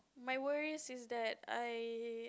my worries is that I